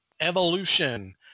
evolution